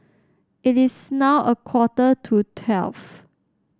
it is now a quarter to twelve